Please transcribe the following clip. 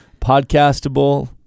podcastable